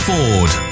Ford